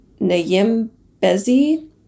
Nayimbezi